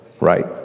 Right